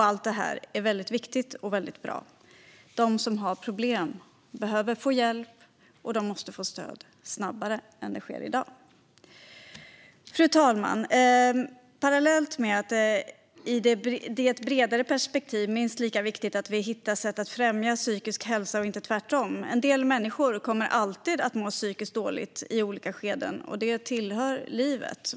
Allt det här är väldigt viktigt och bra. De som har problem behöver få hjälp. De måste få stöd snabbare än i dag. Fru talman! Parallellt med det är det i ett bredare perspektiv minst lika viktigt att vi hittar sätt att främja psykisk hälsa och inte tvärtom. En del människor kommer alltid att må psykiskt dåligt i olika skeden av livet. Det hör till livet.